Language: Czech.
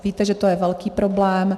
Víte, že to je velký problém.